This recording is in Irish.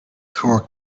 tabhair